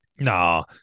No